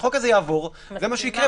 כשהחוק הזה יעבור, זה מה שייקרה.